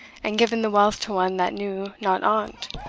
and given the wealth to one that knew not on't,